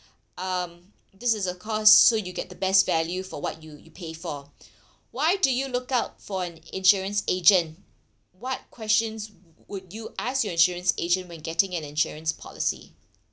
um this is a cost so you get the best value for what you you pay for why do you look out for an insurance agent what questions wo~ would you ask your insurance agent when getting an insurance policy